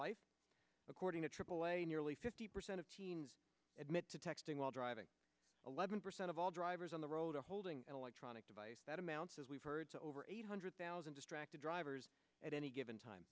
life according to aaa nearly fifty percent of teens admit to texting while driving eleven percent of all drivers on the road are holding an electronic device that amounts as we've heard so over eight hundred thousand distracted drivers at any given time